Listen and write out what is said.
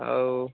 ହଉ